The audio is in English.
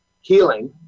healing